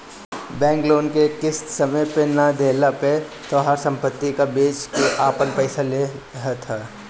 bank loan के किस्त समय पे ना देहला पे तोहार सम्पत्ति के बेच के आपन पईसा ले लेवत ह